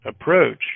approach